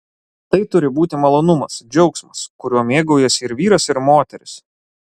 tai turi būti malonumas džiaugsmas kuriuo mėgaujasi ir vyras ir moteris